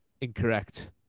incorrect